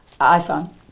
iPhone